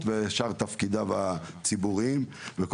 לשעבר ושאר תפקידיו הציבוריים בעבר ובהווה,